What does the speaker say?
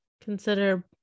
consider